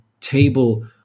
table